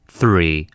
three